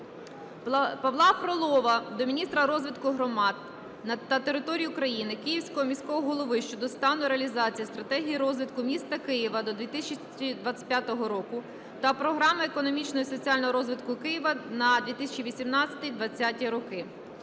Павла Фролова до міністра розвитку громад та територій України, Київського міського голови щодо стану реалізації Стратегії розвитку міста Києва до 2025 року та Програми економічного і соціального розвитку Києва на 2018-2020 роки.